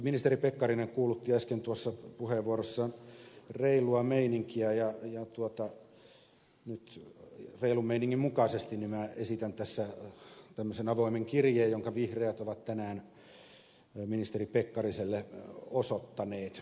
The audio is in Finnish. ministeri pekkarinen kuulutti äsken tuossa puheenvuorossaan reilua meininkiä ja nyt reilun meiningin mukaisesti minä esitän tässä tämmöisen avoimen kirjeen jonka vihreät ovat tänään ministeri pekkariselle osoittaneet